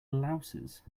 louses